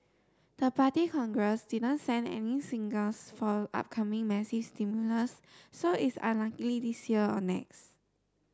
the Party Congress didn't send any signals for upcoming massive stimulus so it's unlikely this year or next